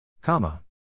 Comma